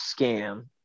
scam